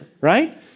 Right